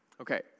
Okay